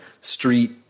street